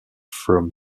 from